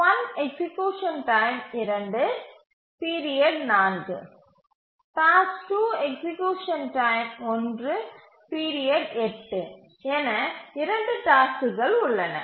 task 1 execution time 2 period 4 மற்றும் task 2 execution time 1 period 8 என 2 டாஸ்க்குகள் உள்ளன